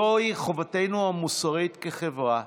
זוהי חובתנו המוסרית כחברה,